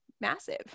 massive